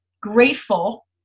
grateful